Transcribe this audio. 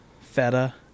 feta